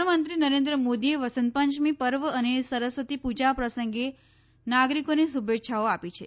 પ્રધાનમંત્રી નરેન્દ્ર મોદીએ વસંત પંચમી પર્વ અને સરસ્વતી પૂજા પ્રસંગે નાગરિકોને શુભેચ્છાઓ આપી છે